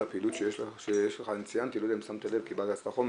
עדכון למסמך שנכתב לפני כשלוש שנים כמעט כמו